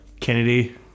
Kennedy